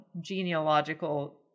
genealogical